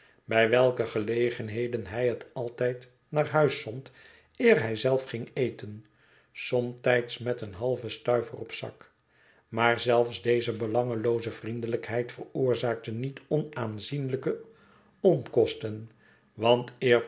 bij welke gelegenheden hij het altijd naar huis zond eer hij zelf ging eten somtijds met een halven stuiver op zak maar zelfs deze belangelooze vriendelijkheid veroorzaakte niet onaanzienlijke onkosten want